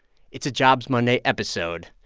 it's a jobs monday episode.